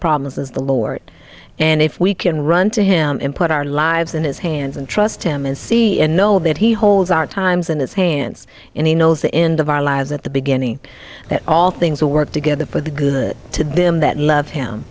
problems is the lord and if we can run to him and put our lives in his hands and trust him and know that he holds our times in his hands and he knows the end of our lives at the beginning that all things will work together for the good to them that love him